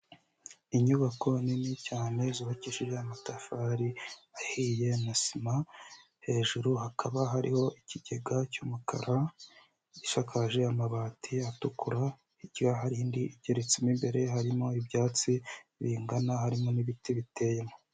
Inyubako nini cyane zubabakishijeje amatafari ahiye na sima, hejuru hakaba hariho ikigega cy'umukara gishakaje amabati atukura hirya hari indi igeretse, mo imbere harimo ibyatsi bingana harimo n'ibiti biteyemo.